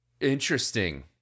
Interesting